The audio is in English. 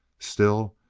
still,